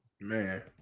Man